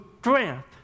strength